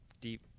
deep